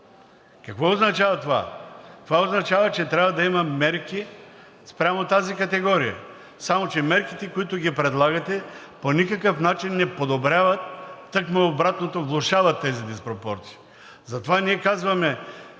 Какво означава това? Това означава, че трябва да има мерки спрямо тази категория, само че мерките, които ги предлагате, по никакъв начин не подобряват – тъкмо обратното, влошават тези диспропорции. Затова ние казваме,